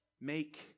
Make